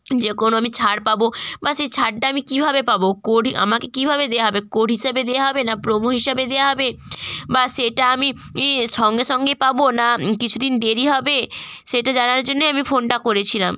যে কোনো আমি ছাড় পাবো বা সেই ছাড়টা আমি কিভাবে পাবো কোড আমাকে কিভাবে দেওয়া হবে কোড হিসাবে দেওয়া হবে না প্রোমো হিসাবে দেওয়া হবে বা সেটা আমি ই সঙ্গে সঙ্গে পাবো না কিছু দিন দেরি হবে সেটা জানার জন্যেই আমি ফোনটা করেছিলাম